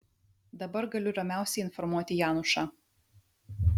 dabar galiu ramiausiai informuoti janušą